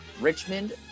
Richmond